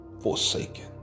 forsaken